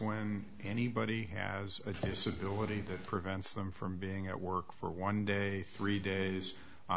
when anybody has this ability prevents them from being at work for one day three days